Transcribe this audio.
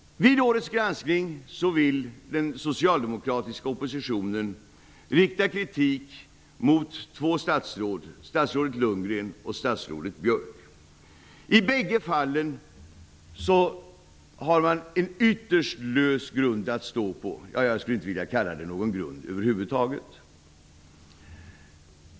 Vid årets granskning vill den socialdemokratiska oppositionen rikta kritik mot två statsråd, statsråden Lundgren och Björck. I bägge fallen har man en ytterst lös grund att stå på -- jag skulle inte vilja kalla det för någon grund över huvud taget.